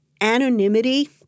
anonymity